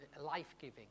life-giving